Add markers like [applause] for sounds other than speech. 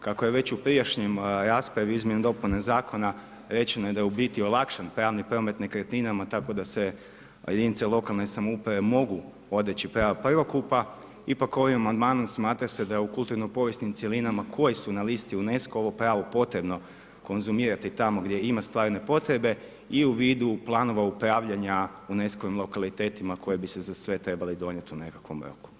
Kako je već u prijašnjoj raspravi izmjene i dopune zakona rečeno da u biti je olakšan pravni promet nekretninama tako da se jedinice lokalne samouprave mogu odreći prava prvokupa, ipak ovim amandmanom smatra se da u kulturno povijesnim cjelinama koje su na listi UNESCO-a ... [unintelligible] potrebno konzumirati tamo gdje ima stvarne potrebe i u vidu planova upravljanja UNESCO-vim lokalitetima koje bi se za sve trebali donijeti u nekakvom roku.